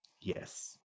Yes